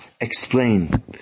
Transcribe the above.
explain